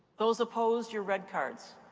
those opposed, your red cards.